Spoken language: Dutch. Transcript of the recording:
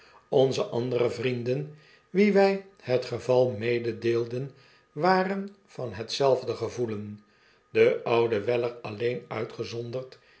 onze andere vrienden wien wy het geval mededeelden waren van hetzelfde gevoelen de oude weller alleen uitgezonderd